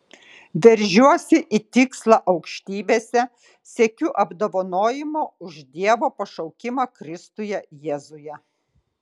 veržiuosi į tikslą aukštybėse siekiu apdovanojimo už dievo pašaukimą kristuje jėzuje